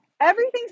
everything's